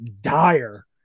dire